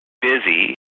busy